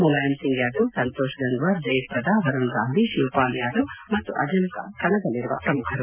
ಮುಲಾಯಂ ಸಿಂಗ್ ಯಾದವ್ ಸಂತೋಷ್ ಗಂಗ್ಲಾರ್ ಜಯಪ್ರದಾ ವರುಣ್ ಗಾಂಧಿ ಶಿವ್ಪಾಲ್ ಯಾದವ್ ಮತ್ತು ಅಜಂಖಾನ್ ಕಣದಲ್ಲಿರುವ ಪ್ರಮುಖರು